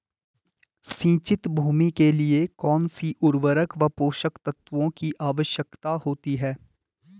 सिंचित भूमि के लिए कौन सी उर्वरक व पोषक तत्वों की आवश्यकता होती है?